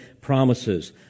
promises